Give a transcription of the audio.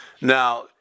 Now